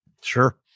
Sure